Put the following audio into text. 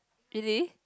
it is